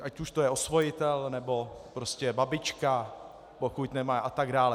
Ať už to je osvojitel, nebo prostě babička, pokud nemá atd.